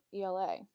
ELA